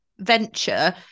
venture